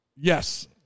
Yes